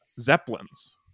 Zeppelin's